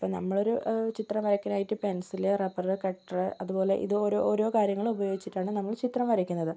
ഇപ്പം നമ്മളൊരു ചിത്രം വരയ്ക്കാനായിട്ട് പെൻസില് റബ്ബറ് കട്ടറ് അതുപോലെ ഇത് ഓരോ ഓരോ കാര്യങ്ങളും ഉപയോഗിച്ചിട്ടാണ് നമ്മള് ചിത്രം വരക്കുന്നത്